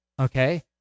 okay